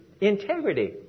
integrity